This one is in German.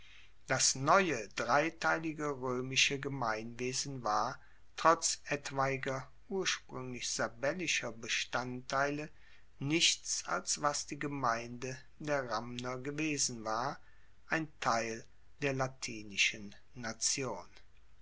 das neue dreiteilige roemische gemeinwesen war trotz etwaiger urspruenglich sabellischer bestandteile nichts als was die gemeinde der ramner gewesen war ein teil der latinischen nation